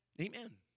Amen